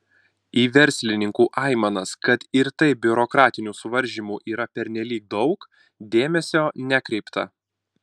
į verslininkų aimanas kad ir taip biurokratinių suvaržymų yra pernelyg daug dėmesio nekreipta